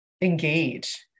engage